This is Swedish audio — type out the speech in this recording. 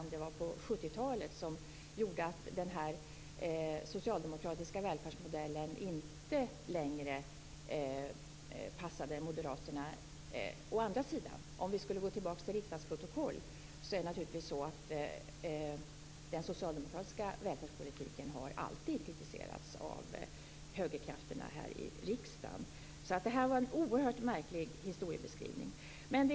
Men det kan ha varit på 70-talet som den socialdemokratiska välfärdsmodellen inte längre passade moderaterna. Om vi å andra sidan skulle gå tillbaka till riksdagsprotokollen har den socialdemokratiska välfärdspolitiken alltid kritiserats av högerkrafterna i riksdagen. Detta var alltså en oerhört märklig historiebeskrivning.